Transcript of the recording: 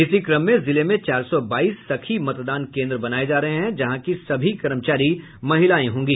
इसी क्रम में जिले में चार सौ बाईस सखी मतदान केन्द्र बनाये जा रहे हैं जहां की सभी कर्मचारी महिलाएं होंगे